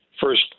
first